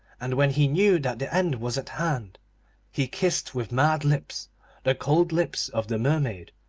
and when he knew that the end was at hand he kissed with mad lips the cold lips of the mermaid,